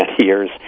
years